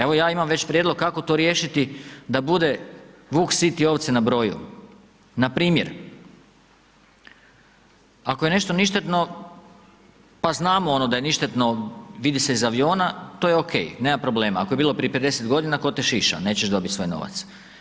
Evo ja imam već prijedlog kako to riješiti, da bude vuk siti i ovce na broju, npr. ako je nešto ništetno, pa znamo ono da je ništetno, vidi se iz aviona, to je ok, nema problema, ako je bilo prije 50 g. tko te šiša, nećeš dobiti svoj novac.